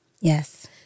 yes